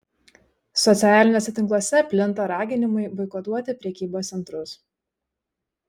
socialiniuose tinkluose plinta raginimai boikotuoti prekybos centrus